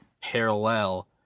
parallel